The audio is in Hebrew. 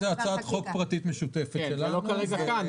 אפשר להגיש הצעת חוק פרטית משותפת שלנו בעניין הזה.